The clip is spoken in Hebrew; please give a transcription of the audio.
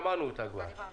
שמענו אותה כבר.